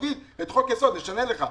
תביא את חוק-היסוד ונשנה לך,